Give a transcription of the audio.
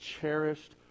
cherished